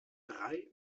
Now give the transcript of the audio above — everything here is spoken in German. drei